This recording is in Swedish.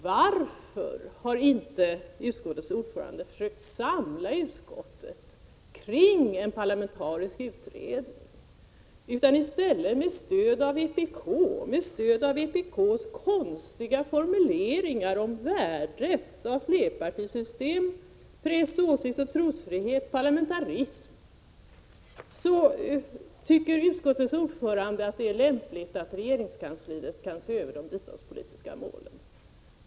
Varför har inte utskottets ordförande försökt samla utskottet kring en parlamentarisk utredning? Med stöd av vpk:s konstiga formuleringar om värdet av flerpartisystem, press-, åsiktsoch trosfrihet samt parlamentarism tycker utskottets ordförande att det är lämpligt att regeringskansliet ser över de biståndspolitiska målen.